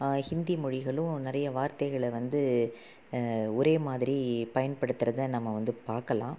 ஹிந்தி மொழிகளும் நிறைய வார்த்தைகளை வந்து ஒரே மாதிரி பயன்படுத்துகிறத நம்ம வந்து பார்க்கலாம்